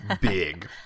big